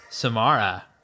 samara